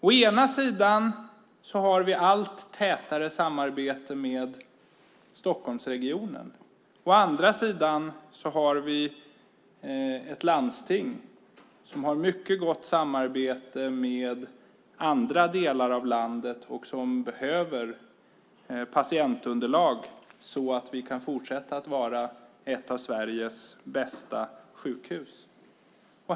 Å ena sidan har vi allt tätare samarbete med Stockholmsregionen, å andra sidan har vi ett landsting som har mycket gott samarbete med andra delar av landet och som behöver patientunderlag så att vi kan fortsätta att ha ett av Sveriges bästa sjukhus.